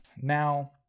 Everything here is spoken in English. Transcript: Now